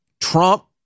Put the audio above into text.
Trump